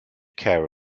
care